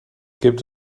gibt